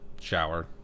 shower